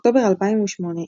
באוקטובר 2008,